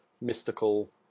mystical